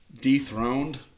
dethroned